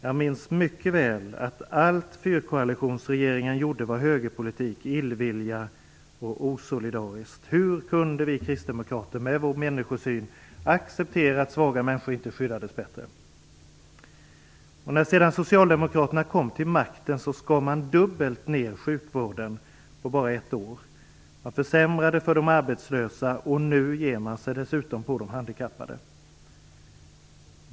Jag minns mycket väl att allt fyrkoalitionsregeringen gjorde var högerpolitik, illvilja och osolidariskt. Hur kunde vi kristdemokrater med vår människosyn acceptera att svaga människor inte skyddades bättre? När sedan Socialdemokraterna kom till makten fördubblade man nedskärningarna inom sjukvården på bara ett år, och man försämrade för de arbetslösa. Nu ger man sig dessutom på de handikappade.